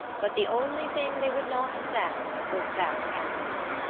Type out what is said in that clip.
but the only thing they would not stand was back answers.